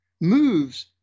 moves